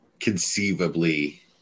conceivably